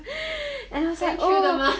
可以吃的吗